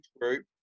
group